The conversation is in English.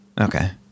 Okay